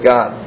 God